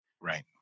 right